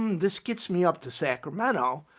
this gets me up to sacramento.